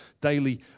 daily